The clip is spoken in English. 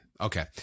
Okay